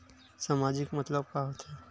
सामाजिक मतलब का होथे?